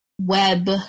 web